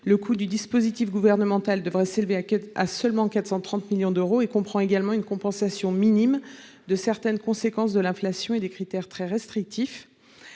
Le coût du dispositif gouvernemental devrait s'élever à seulement 430 millions d'euros, et comprend également une compensation minime de certaines conséquences de l'inflation et des critères très restrictifs.